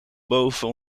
boven